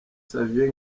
xavier